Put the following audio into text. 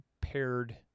paired